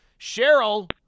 cheryl